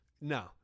no